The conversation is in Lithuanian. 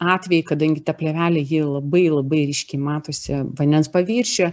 atveju kadangi ta plėvelė ji labai labai ryškiai matosi vandens paviršiuje